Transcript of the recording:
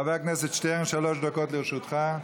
חבר הכנסת שטרן, שלוש דקות לרשותך.